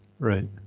right